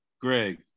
Greg